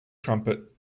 trumpet